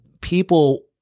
people